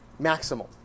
maximal